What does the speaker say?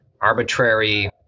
arbitrary